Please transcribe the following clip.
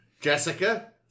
Jessica